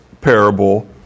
parable